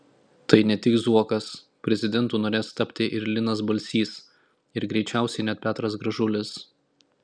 tai ne tik zuokas prezidentu norės tapti ir linas balsys ir greičiausiai net petras gražulis